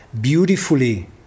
beautifully